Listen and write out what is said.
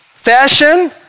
Fashion